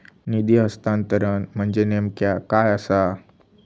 निधी हस्तांतरण म्हणजे नेमक्या काय आसा?